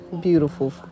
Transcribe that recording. beautiful